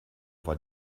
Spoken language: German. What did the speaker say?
war